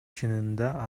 чынында